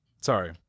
sorry